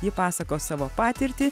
ji pasakos savo patirtį